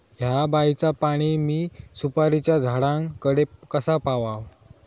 हया बायचा पाणी मी सुपारीच्या झाडान कडे कसा पावाव?